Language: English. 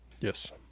Yes